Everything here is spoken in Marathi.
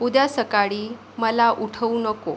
उद्या सकाळी मला उठवू नको